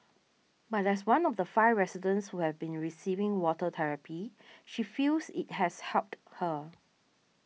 but as one of the five residents who have been receiving water therapy she feels it has helped her